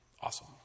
Awesome